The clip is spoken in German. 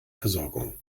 versorgung